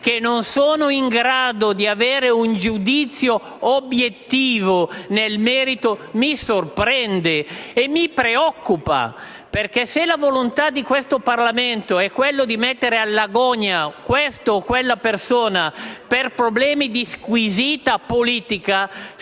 che non sono in grado di avere un giudizio obiettivo nel merito, ciò mi sorprende e mi preoccupa. Infatti, se la volontà di questo Parlamento è quella di mettere alla gogna questa o quella persona per problemi squisitamente politici,